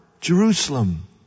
Jerusalem